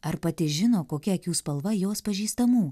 ar pati žino kokia akių spalva jos pažįstamų